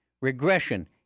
regression